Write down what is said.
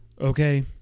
Okay